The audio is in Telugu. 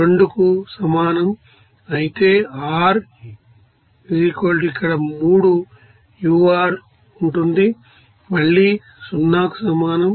52 కు సమానం అయితే r ఇక్కడ 3 ur ఉంటుంది మళ్ళీ 0 కి సమానం